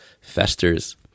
festers